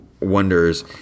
wonders